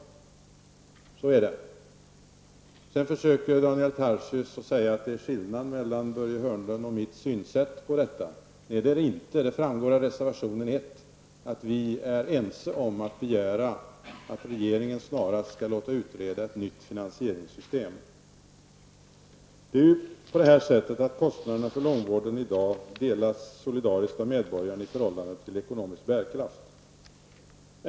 Det är så det förhåller sig. Sedan försöker Daniel Tarschys påstå att det är skillnad mellan Börje Hörnlunds och mitt synsätt när det gäller den här frågan. Nej, det är det inte. Det framgår av reservation nr 1 att vi är ense om att begära att regeringen snarast skall låta utreda ett nytt finansieringssystem. Kostnaderna för långvården delas i dag solidariskt av medborgarna i förhållande till ekonomisk bärkraft.